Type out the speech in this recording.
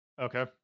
Okay